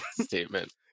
Statement